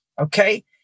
Okay